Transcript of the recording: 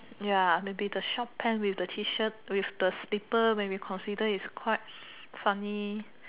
ya maybe the short pant with the T shirt with the slipper maybe consider is quite funny